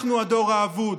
אנחנו הדור האבוד.